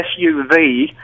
SUV